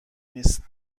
نیست